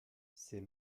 ces